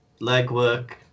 legwork